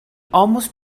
almost